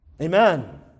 Amen